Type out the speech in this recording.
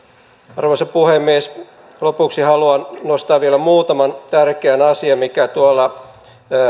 arvoisa puhemies lopuksi haluan nostaa vielä muutaman tärkeän asian mitkä tuolla